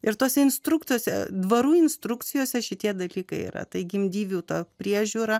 ir tose instrukcijose dvarų instrukcijose šitie dalykai yra tai gimdyvių ta priežiūra